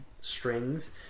strings